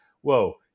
whoa